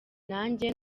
nange